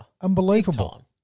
Unbelievable